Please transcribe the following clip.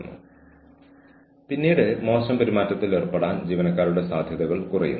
അതിനാൽ ഒരു പ്രത്യേക ദിവസം നിരവധി ജീവനക്കാർ ഹാജരായില്ലെങ്കിൽ ഇതു കണ്ടെത്തേണ്ടതുണ്ട്